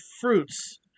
fruits